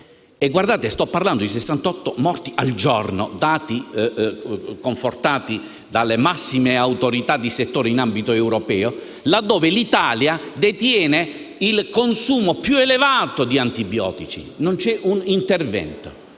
Sto parlando di 68 morti al giorno, secondo i dati confortati dalle massime autorità di settore in ambito europeo. Sebbene l'Italia detenga il consumo più elevato di antibiotici, non c'è un intervento